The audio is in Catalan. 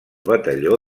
batalló